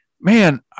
man